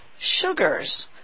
sugars